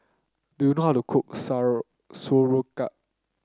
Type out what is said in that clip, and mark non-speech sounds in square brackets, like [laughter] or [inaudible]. do you know how to cook [unintelligible] Sauerkraut